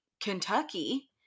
Kentucky